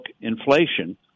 Inflation